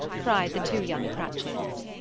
cried the two young cratchits.